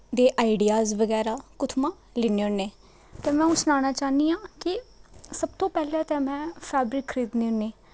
दे ideas बगैरा कुत्थुआं दा लैन्ने होन्ने ते में सनाना चांह्नी आं कि सब तो पैह्लें ते में फैवरिक खरीदनी होन्नी